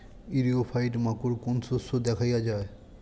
ইরিও ফাইট মাকোর কোন শস্য দেখাইয়া যায়?